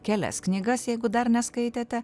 kelias knygas jeigu dar neskaitėte